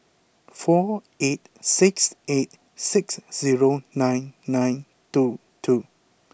four eight six eight six zero nine nine two two